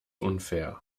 unfair